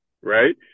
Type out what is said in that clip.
right